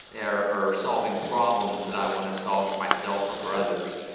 ah or solving problems that i want to solve for myself or for others.